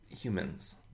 humans